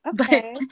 Okay